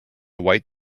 white